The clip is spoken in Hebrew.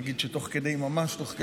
אני אגיד שתוך כדי, ממש תוך כדי,